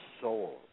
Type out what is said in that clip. soul